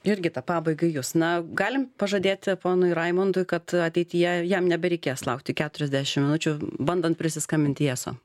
jurgita pabaigai jus na galim pažadėti ponui raimundui kad ateityje jam nebereikės laukti keturiasdešim minučių bandant prisiskambint į eso